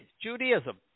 Judaism